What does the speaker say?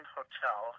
Hotel